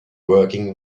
working